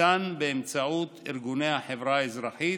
ניתן באמצעות ארגוני החברה האזרחית,